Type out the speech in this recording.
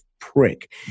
prick